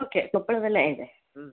okay ಕೊಪ್ಪಳದಲ್ಲೇ ಇದೆ ಹ್ಞೂ